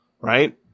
Right